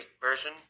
version